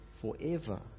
forever